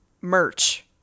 merch